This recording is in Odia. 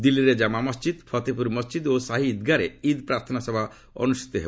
ଦିଲ୍ଲୀରେ ଜାମା ମସ୍ଜିଦ୍ ଫତେପୁରୀ ମସ୍ଜିଦ୍ ଓ ସାହି ଇଦ୍ଗାରେ ଇଦ୍ ପ୍ରାର୍ଥନା ସଭା ଅନୁଷ୍ଠିତ ହେବ